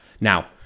Now